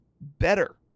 better